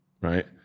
right